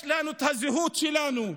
יש לנו את הזהות שלנו,